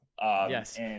Yes